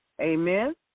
Amen